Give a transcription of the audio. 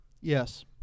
Yes